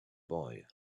boy